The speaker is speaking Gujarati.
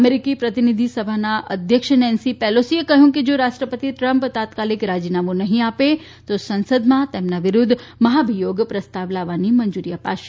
અમેરીકી પ્રતિનિધિ સભાના અધ્યક્ષ નેન્સી પેલોસીએ કહ્યું કે જો રાષ્ટ્રપતિ ટ્રમ્પ તાત્કાલિક રાજીનામુ નહી આપે તો સંસદમાં તેમના વિરૂદ્ધ મહાભિયોગ પ્રસ્તાવ લાવવાની મંજુરી અપાશે